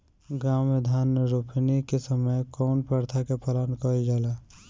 गाँव मे धान रोपनी के समय कउन प्रथा के पालन कइल जाला?